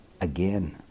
again